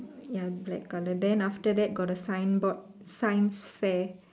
ya black colour then after that got the signboard science fair